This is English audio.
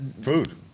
food